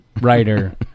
writer